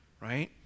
Right